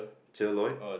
Cher-Lloyd